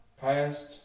past